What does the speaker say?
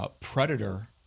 Predator